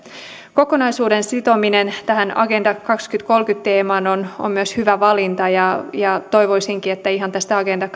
kokonaisuuden sitominen tähän agenda kaksituhattakolmekymmentä teemaan on on myös hyvä valinta ja ja toivoisinkin että tästä agenda